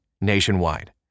nationwide